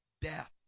death